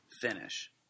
finish